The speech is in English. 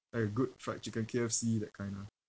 like a good fried chicken K_F_C that kind ah